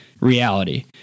Reality